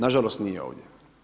Nažalost nije ovdje.